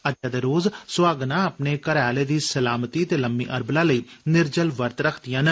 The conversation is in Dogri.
अज्जै दे रोज सुहागना अपने घरै आले दी सलामती ते लम्मी उमरा लेई निर्जल वर्त रखदियां न